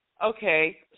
okay